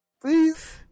please